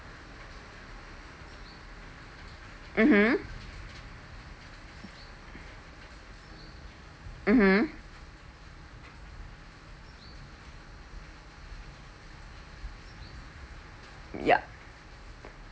mmhmm mmhmm ya